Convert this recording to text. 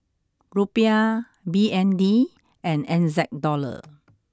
Rupiah B N D and N Z dollar